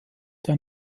der